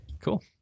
Cool